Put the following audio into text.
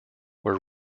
were